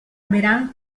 verán